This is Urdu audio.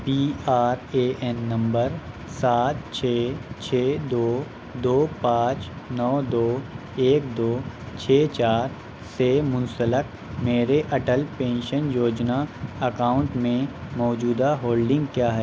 P R A N number سات چھ چھ دو دو پانچ نو دو ایک دو چھ چار سے منسلک میرے اٹل پینشن یوجنا اکاؤنٹ میں موجودہ ہولڈنگ کیا ہے